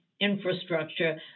infrastructure